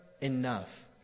enough